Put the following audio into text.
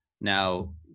Now